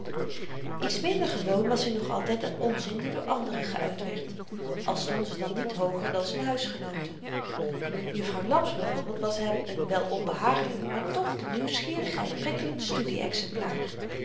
iets minder gewoon was-i nog altyd aan onzin die door anderen geuit werd al stonden ze dan niet hooger dan z'n huisgenooten juffrouw laps byv was hem n wel onbehagelyk maar toch de nieuwsgierigheid prikkelend